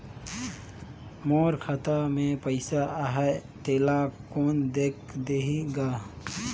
मोर खाता मे पइसा आहाय तेला कोन देख देही गा?